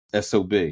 sob